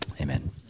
amen